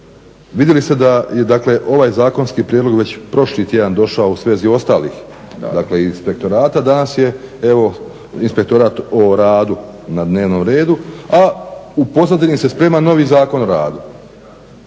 vidjeli ste da je ovaj zakonski prijedlog već prošli tjedan došao u svezi ostalih inspektorata. Danas je evo Inspektorat o radu na dnevnom redu a u pozadini se sprema novi Zakon o radu,